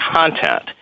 content